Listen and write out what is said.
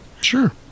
Sure